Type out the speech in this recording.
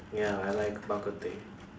ya I like Bak-Kut-Teh